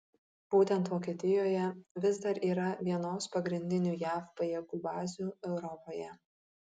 būtent vokietijoje vis dar yra vienos pagrindinių jav pajėgų bazių europoje